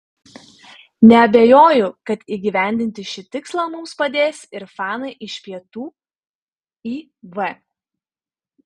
neabejoju kad įgyvendinti šį tikslą mums padės ir fanai iš pietų iv